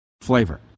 flavor